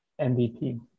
MVP